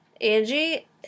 Angie